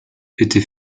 était